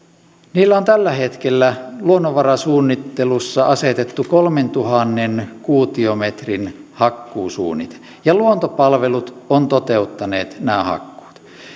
on tällä hetkellä luonnonvarasuunnittelussa asetettu kolmentuhannen kuutiometrin hakkuusuunnite ja luontopalvelut on toteuttanut nämä hakkuut